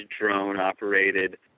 drone-operated